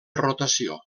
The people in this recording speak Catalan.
rotació